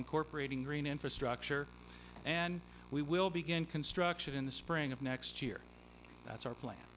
incorporating green infrastructure and we will begin construction in the spring of next year that's our plan